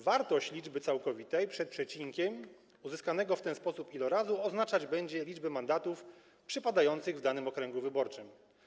Wartość liczby całkowitej - przed przecinkiem - uzyskanego w ten sposób ilorazu oznaczać będzie liczbę mandatów przypadających w danym okręgu wyborczym.